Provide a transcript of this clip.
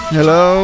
Hello